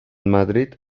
madrid